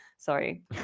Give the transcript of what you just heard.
Sorry